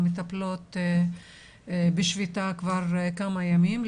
המטפלות בשביתה כבר כמה ימים.